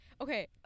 okay